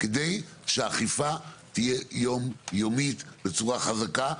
כדי שהאכיפה תהיה יומיומית בצורה חזקה,